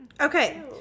Okay